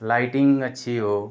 lighting अच्छी हो